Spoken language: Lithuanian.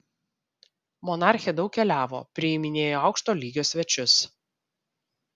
monarchė daug keliavo priiminėjo aukšto lygio svečius